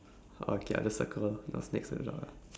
okay I just circle next to the dog lah